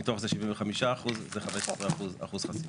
מתוך זה 75%, זה 15% חסימה.